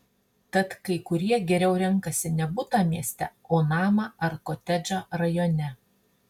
tad kai kurie geriau renkasi ne butą mieste o namą ar kotedžą rajone